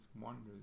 wonders